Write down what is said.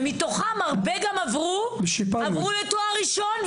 ומתוכם הרבה עברו לתואר ראשון,